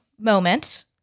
moment